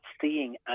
seeing